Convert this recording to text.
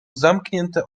zamknięte